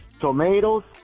tomatoes